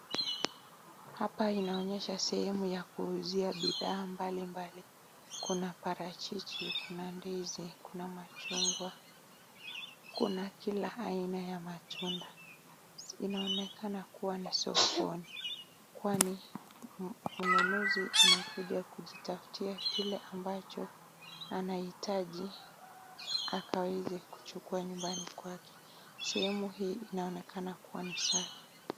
Hapa inaonyesha sehemu ya kuuzia bidhaa mbalimbali. Kuna parachichi, kuna ndizi, kuna machungwa, kuna kila aina ya matunda. Inaonekana kuwa ni sokoni, kwani mnunuzi anakuja kujitafutia kile ambacho anahitaji akaweze kuchukua nyumbani kwake. Sehemu hii inaonekana kuwa ni safi.